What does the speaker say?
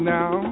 now